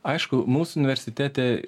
aišku mūsų universitete